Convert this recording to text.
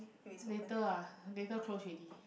later ah later close already